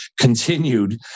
continued